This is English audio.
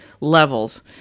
levels